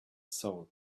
soul